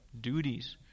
duties